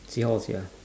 seahorse ya